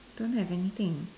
don't have anything